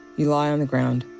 you lie on the ground,